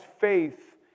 faith